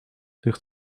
ligt